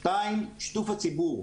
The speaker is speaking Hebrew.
שתיים, שיתוף הציבור.